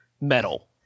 metal